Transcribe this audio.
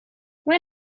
when